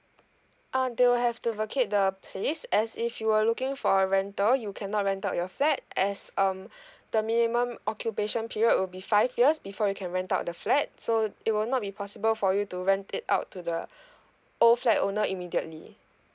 uh they will have to vacate the place as if you were looking for a rental you cannot rent out your flat as um the minimum occupation period will be five years before you can rent out the flat so it will not be possible for you to rent it out to the old flat owner immediately